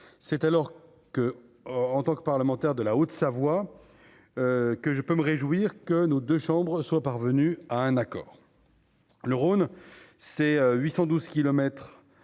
c'est alors que, en tant que parlementaires de la Haute-Savoie, que je peux me réjouir que nos 2 chambres soient parvenues à un accord. Le Rhône ces 800 12 kilomètres